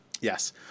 Yes